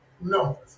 no